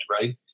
right